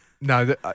No